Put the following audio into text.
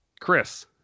Chris